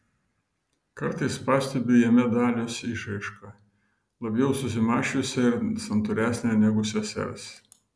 kartais pastebiu jame dalios išraišką labiau susimąsčiusią ir santūresnę negu sesers